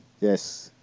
Yes